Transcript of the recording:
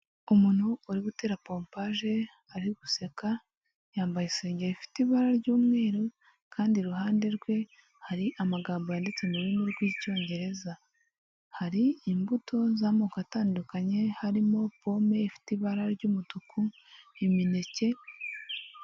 Umuntu uri gutera pompaje ari guseka, yambaye isengeri ifite ibara ry'umweru kandi iruhande rwe hari amagambo yanditse mu rurimi rw'icyongereza hari imbuto z'amoko atandukanye, harimo pome ifite ibara ry'umutuku, imineke.